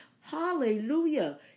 Hallelujah